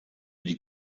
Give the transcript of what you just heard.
die